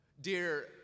Dear